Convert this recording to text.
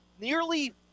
nearly